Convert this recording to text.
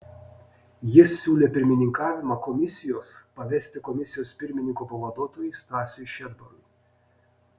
jis siūlė pirmininkavimą komisijos pavesti komisijos pirmininko pavaduotojui stasiui šedbarui